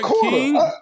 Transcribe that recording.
King